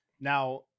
Now